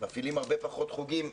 מפעילים הרבה פחות חוגים.